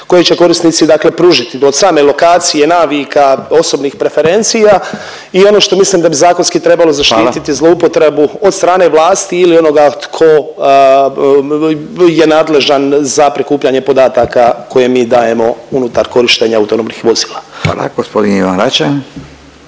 koje će korisnici pružiti od same lokacije, navika, osobnih preferencija i ono što mislim da bi zakonski trebalo zaštititi …/Upadica Radin: Hvala./… zloupotrebu od strane vlasti ili onoga tko je nadležan za prikupljanje podataka koje mi dajemo unutar korištenja autonomnih vozila. **Radin, Furio